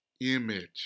image